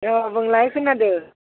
अ बुंलाय खोनादों